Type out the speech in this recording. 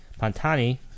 Pantani